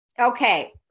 Okay